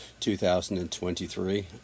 2023